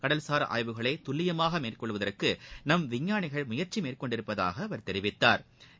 கடல்சார் ஆய்வுகளை துல்லியமாக மேற்கொள்வதற்கு நம் விஞ்ஞானிகள் முயற்சி மேற்கொண்டுள்ளதாகக் தெரிவித்தாா்